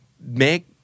make